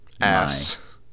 ass